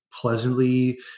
pleasantly